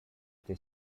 they